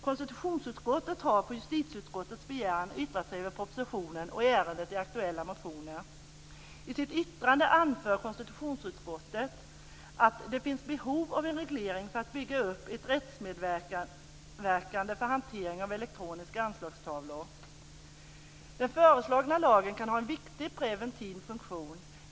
Konstitutionsutskottet har, på justitieutskottets begäran, yttrat sig över propositionen och i ärendet aktuella motioner. I sitt yttrande anför konstitutionsutskottet att det finns behov av en reglering för att bygga upp ett rättsmedvetande för hantering av elektroniska anslagstavlor och att den föreslagna lagen kan ha en viktig preventiv funktion.